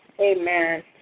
Amen